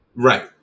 Right